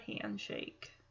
handshake